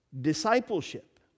discipleship